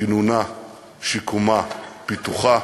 כינונה, שיקומה, פיתוחה,